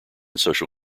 social